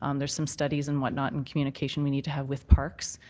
um there's some studies and what not and communication we need to have with parks.